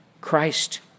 Christ